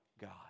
God